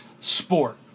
sport